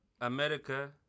America